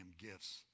gifts